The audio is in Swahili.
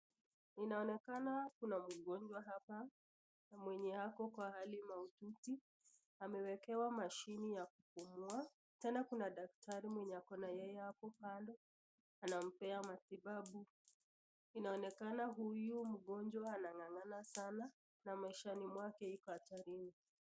Inaonekana kuna mgonjwa hapa na mwenye ako kwa hali mahututi, amewekewa mashini ya kupumua, tena kuna daktari mwenye ako na yeye hapo kando anampea matibabu, inaonekana huyu mgonjwa anang'ang'ana sana na maishani mwake iko hatarini.